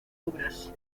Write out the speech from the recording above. obras